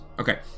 Okay